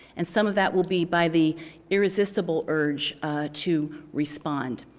and some of that will be by the irresistible urge to respond.